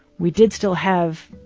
we did still have,